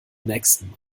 nächsten